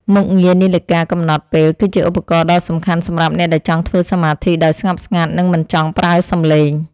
មុខងារនាឡិកាកំណត់ពេលគឺជាឧបករណ៍ដ៏សំខាន់សម្រាប់អ្នកដែលចង់ធ្វើសមាធិដោយស្ងប់ស្ងាត់ និង មិនចង់ប្រើសំឡេង។